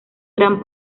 gran